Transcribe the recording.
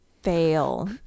Fail